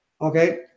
Okay